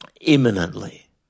imminently